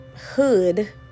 hood